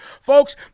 Folks